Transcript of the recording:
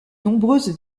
nombreuses